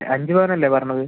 അഞ്ച് പവനല്ലേ പറഞ്ഞത്